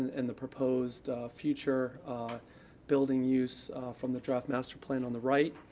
and the proposed future building use from the draft master plan on the right.